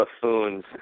buffoons